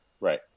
Right